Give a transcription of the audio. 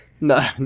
No